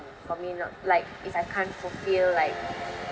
for me not like if I can't fulfil like